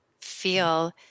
feel